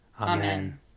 Amen